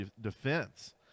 defense